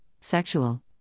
sexual